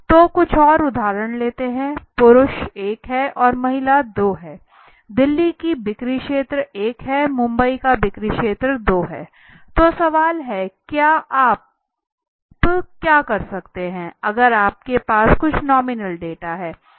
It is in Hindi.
तो कुछ और उदाहरण लेते हैं पुरुष 1 हैं और महिला 2 हैं दिल्ली की बिक्री क्षेत्र 1 है मुंबई का बिक्री क्षेत्र 2 है तो सवाल हैं आप क्या कर सकते हैं अगर आपके पास कुछ नॉमिनल डेटा है